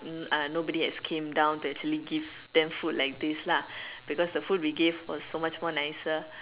uh nobody has came down to actually give them food like this lah because the food we gave was so much more nicer